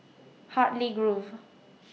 Hartley Grove